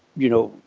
you know,